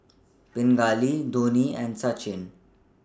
Pingali Dhoni and Sachin